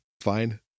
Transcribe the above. fine